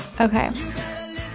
Okay